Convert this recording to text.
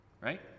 right